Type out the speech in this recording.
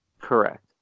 Correct